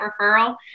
referral